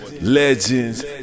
Legends